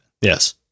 Yes